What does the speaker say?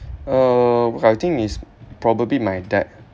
uh I think is probably my dad